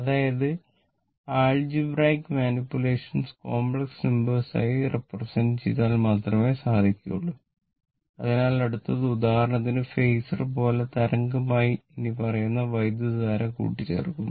അതായതു algebraic manipulations complex numbers ആയി represent ചെയ്താൽ മാത്രമേ സാധിക്കുകയുള്ളു അതിനാൽ അടുത്തത് ഉദാഹരണത്തിന് ഫേസർ പോലെ തരംഗമായി ഇനിപ്പറയുന്ന വൈദ്യുതധാര കൂട്ടിച്ചേർക്കുന്നു